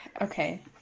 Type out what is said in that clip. Okay